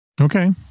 Okay